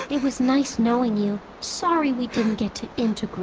it was nice knowing you. sorry we didn't get to integrate